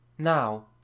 Now